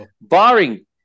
Barring